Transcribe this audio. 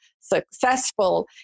successful